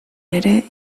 ere